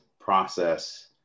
process